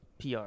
PR